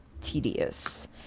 tedious